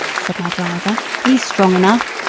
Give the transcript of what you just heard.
said my driver, he's strong enough.